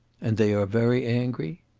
and they are very angry?